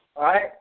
right